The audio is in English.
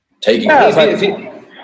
taking